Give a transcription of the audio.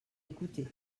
écoutée